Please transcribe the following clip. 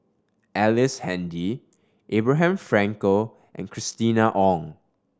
Ellice Handy Abraham Frankel and Christina Ong